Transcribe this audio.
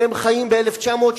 אתם חיים ב"1984".